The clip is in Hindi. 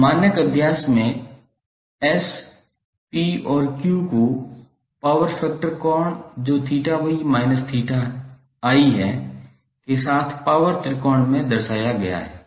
अब मानक अभ्यास में S P और Q को पावर फैक्टर कोण जो 𝜃𝑣−𝜃𝑖 है के साथ पावर त्रिकोण में दर्शाया गया है